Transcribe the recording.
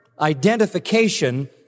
identification